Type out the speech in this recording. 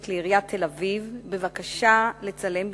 אל עיריית תל-אביב בבקשה לצלם בישראל,